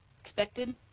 Expected